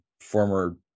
former